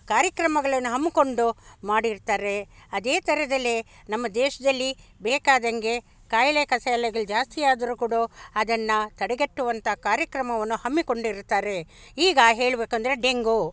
ಕಾರ್ಯಕ್ರಮಗಳನ್ನು ಹಮ್ಮಿಕೊಂಡು ಮಾಡಿರ್ತಾರೆ ಅದೇ ಥರದಲ್ಲಿ ನಮ್ಮ ದೇಶದಲ್ಲಿ ಬೇಕಾದಂಗೆ ಕಾಯಿಲೆ ಕಸಾಲೆಗಳು ಜಾಸ್ತಿ ಆದರೂ ಕೂಡ ಅದನ್ನು ತಡೆಗಟ್ಟುವಂಥ ಕಾರ್ಯಕ್ರಮವನ್ನು ಹಮ್ಮಿಕೊಂಡಿರುತ್ತಾರೆ ಈಗ ಹೇಳಬೇಕಂದ್ರೆ ಡೆಂಗು